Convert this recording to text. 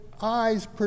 eyes